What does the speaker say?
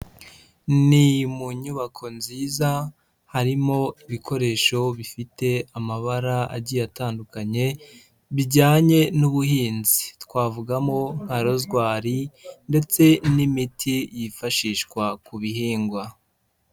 Ni mu nyubako nziza harimo ibikoresho bifite amabara agiye atandukanye bijyanye n'ubuhinzi, twavugamo nka rozwari ndetse n'imiti yifashishwa ku bihingwa.